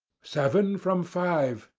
seven from five,